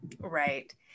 Right